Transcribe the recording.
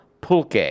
pulque